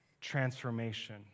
transformation